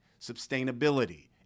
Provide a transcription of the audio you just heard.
sustainability